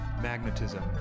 magnetism